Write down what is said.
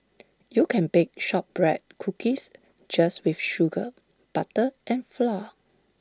you can bake Shortbread Cookies just with sugar butter and flour